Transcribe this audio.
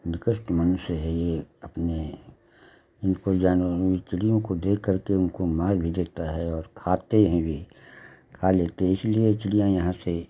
निकृष्ट मनुष्य है यह अपने उनको जानवर चिड़ियों को देख करके उनको मार भी देता है और खाते हैं भी खा लेते हैं इसलिए चिड़ियाँ यहाँ से